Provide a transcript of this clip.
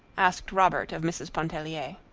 asked robert of mrs. pontellier.